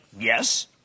yes